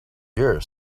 year